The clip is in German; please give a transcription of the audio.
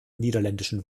niederländischen